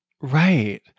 Right